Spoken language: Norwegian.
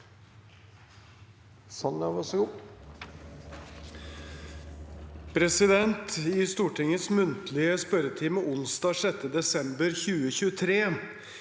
«I Stortingets muntlige spørretime onsdag 6. desember 2023